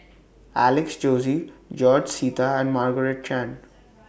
Alex Josey George Sita and Margaret Chan